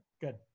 good